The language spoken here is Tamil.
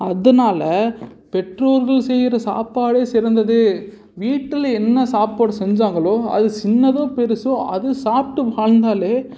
அதனால் பெற்றோர்கள் செய்யிற சாப்பாடே சிறந்தது வீட்டில் என்ன சாப்பாடு செஞ்சாங்களோ அது சின்னதோ பெரிசோ அது சாப்பிட்டு வாழ்ந்தாலே